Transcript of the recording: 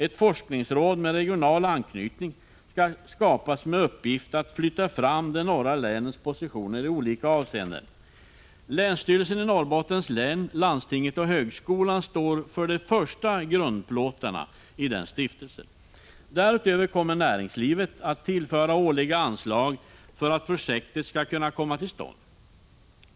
Ett forskningsråd med regional anknytning skall skapas med uppgift att flytta fram de norra länens positioner i olika avseenden. Länsstyrelsen i Norrbottens län, landstinget och högskolan står för de första grundplåtarna i stiftelsen för detta ändamål. Därutöver kommer näringslivet att tillföra årliga anslag för att projektet skall kunna komma till stånd.